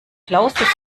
clausus